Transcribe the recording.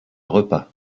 repas